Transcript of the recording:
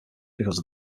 because